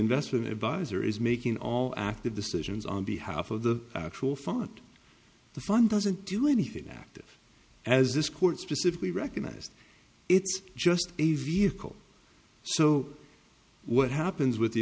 investment advisor is making all active decisions on behalf of the actual font the fun doesn't do anything active as this court specifically recognised it's just a vehicle so what happens with the